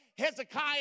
Hezekiah